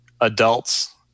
adults